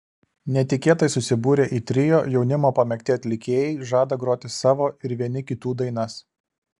netikėtai susibūrę į trio jaunimo pamėgti atlikėjai žada groti savo ir vieni kitų dainas